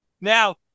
Now